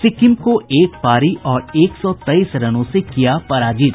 सिक्किम को एक पारी और एक सौ तेईस रनों से किया पराजित